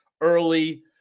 early